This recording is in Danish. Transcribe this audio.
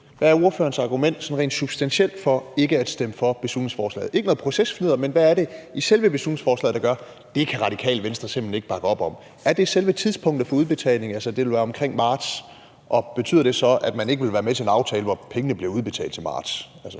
hvad ordførerens argument er sådan rent substantielt for ikke at stemme for beslutningsforslaget – ikke noget om procesfnidder, men hvad er det i selve beslutningsforslaget, der gør, at det kan Radikale Venstre simpelt hen ikke bakke op om? Er det selve tidspunktet for udbetalingen, som ville være omkring marts? Og betyder det så, at man ikke vil være med til en aftale, hvor pengene bliver udbetalt til marts?